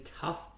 tough